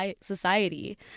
society